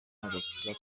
agakiza